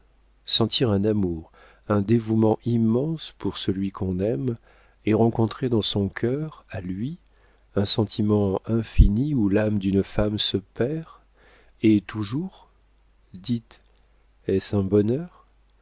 sentir un amour un dévouement immense pour celui qu'on aime et rencontrer dans son cœur à lui un sentiment infini où l'âme d'une femme se perd et toujours dites est-ce un bonheur